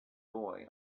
boy